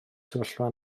sefyllfa